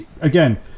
again